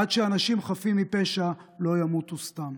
עד שאנשים חפים מפשע לא ימותו סתם.